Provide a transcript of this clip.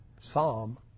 Psalm